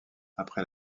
après